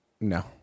No